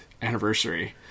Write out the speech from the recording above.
anniversary